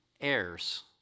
heirs